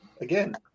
again